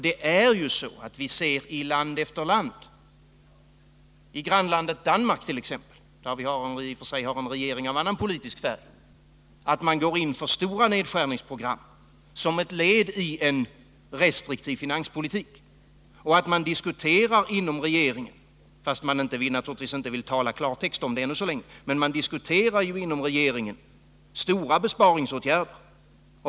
Vi ser hur man i land efter land —-i grannlandet Danmark t.ex., där vi i och för sig har en regering av annan politisk färg — går in för stora nedskärningsprogram som ett led i en restriktiv finanspolitik. Man diskuterar inom regeringen — fastän man ännu så länge inte vill tala klartext om det — stora besparingsåtgärder.